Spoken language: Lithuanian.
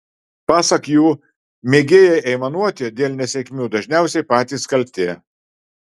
pasak jų mėgėjai aimanuoti dėl nesėkmių dažniausiai patys kalti